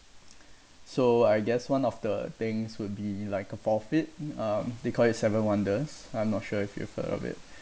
so I guess one of the things would be like a forfeit um they call it seven wonders I'm not sure if you've heard of it